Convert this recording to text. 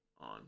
on